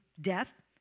death